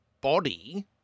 body